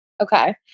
Okay